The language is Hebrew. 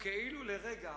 כאילו לרגע